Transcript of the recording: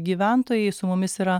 gyventojai su mumis yra